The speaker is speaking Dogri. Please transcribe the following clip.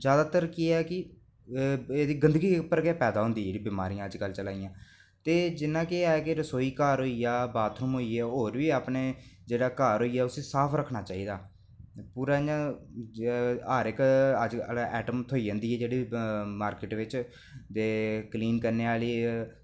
जादैतर केह् ऐ की एह् गंदगी पर गै पैदा होंदियां एह् बमारियां चला दियां अज्जकल ते जियां कि ऐ रसोई घर होइया बाथरूम होइये ओह् होर बी अपने जेह्ड़ा घर होइया उसी साफ रक्खना चाहिदा पूरा इंया हर इक्क आइटम अज्जकल थ्होई जंदी जेह्ड़ी मार्किट बिच ते क्लीन करने आह्ली